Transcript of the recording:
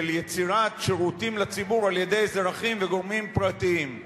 של יצירת שירותים לציבור על-ידי אזרחים וגורמים פרטיים.